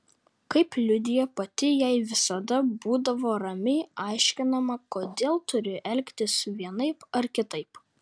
kaip liudija pati jai visada būdavo ramiai aiškinama kodėl turiu elgtis vienaip ar kitaip